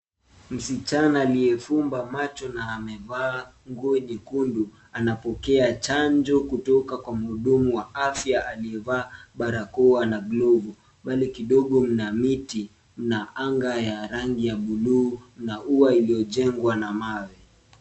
Msichana aliye fumba macho na amevaa nguo nyekundu anapokea chanjo kutoka kwa muhudumu wa afya aliye vaa barakoa na glovu. Mbali kidogo kuna miti na anga ya rangi ya buluu na ua iliyojengwa na mawe.